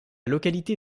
localité